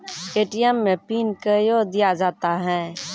ATM मे PIN कयो दिया जाता हैं?